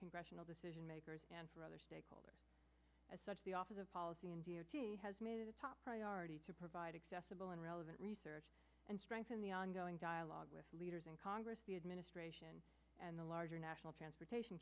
congressional decision makers and for other stakeholders as such the office of policy and the top priority to provide accessible and relevant research and strengthen the ongoing dialogue with leaders in congress the administration and the larger national transportation